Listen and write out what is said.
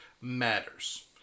matters